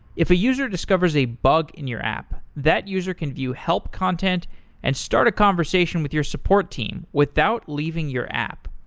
if a user discovers a bug in your app, that user can view help content and start a conversation with your support team without leaving your app.